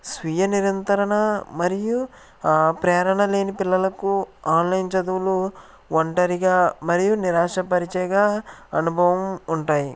స్వీయ నిరంత్రణ మరియు ప్రేరణ లేని పిల్లలకు ఆన్లైన్ చదువులు ఒంటరిగా మరియు నిరాశపరిచేగా అనుభవం ఉంటాయి